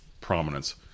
prominence